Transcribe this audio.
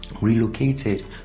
Relocated